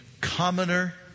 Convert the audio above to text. commoner